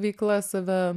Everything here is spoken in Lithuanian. veiklas save